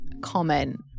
comment